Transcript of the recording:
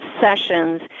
sessions